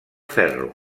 ferro